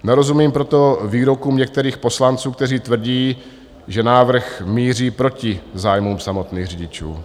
Nerozumím proto výrokům některých poslanců, kteří tvrdí, že návrh míří proti zájmům samotných řidičů.